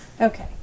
Okay